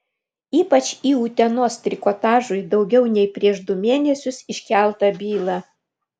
ypač į utenos trikotažui daugiau nei prieš du mėnesius iškeltą bylą